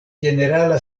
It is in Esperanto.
ĝenerala